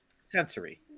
sensory